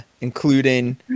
including